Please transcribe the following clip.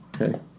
Okay